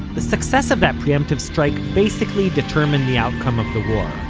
the success of that preemptive strike basically determined the outcome of the war,